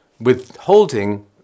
withholding